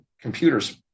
computers